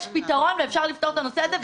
יש פתרון ואפשר לפתור את הנושא הזה,